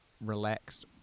relaxed